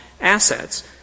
assets